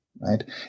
right